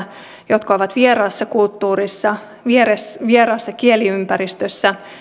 jotka ovat vieraassa kulttuurissa vieraassa kieliympäristössä